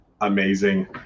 amazing